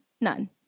None